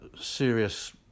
Serious